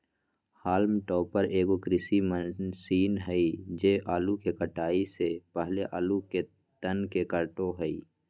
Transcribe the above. haulm topper एगो कृषि machine हइ जे आलू के कटाई से पहले आलू के तन के काटो हइ